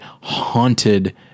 haunted